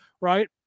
right